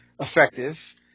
effective